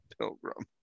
Pilgrim